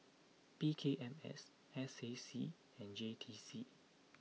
P K M S S A C and J T C